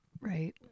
Right